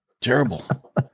terrible